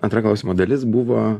antra klausimo dalis buvo